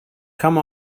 come